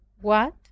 What